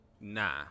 Nah